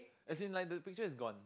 as in like the picture is gone